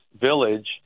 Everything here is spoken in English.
village